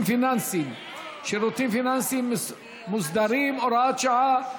פיננסיים (שירותים פיננסיים מוסדרים) (הוראת שעה),